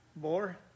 more